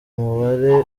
mubare